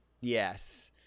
Yes